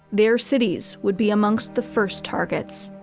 their cities would be amongst the first targets.